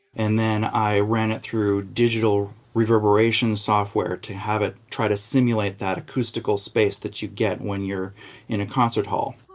and then i ran it through digital reverberation software to have it try to simulate that acoustical space that you get when you're in a concert all.